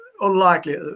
unlikely